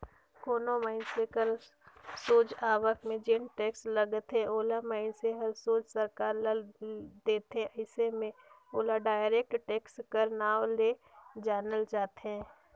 कोनो मइनसे कर सोझ आवक में जेन टेक्स लगथे ओला मइनसे हर सोझ सरकार ल देथे अइसे में ओला डायरेक्ट टेक्स कर नांव ले जानल जाथे